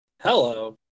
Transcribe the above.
Hello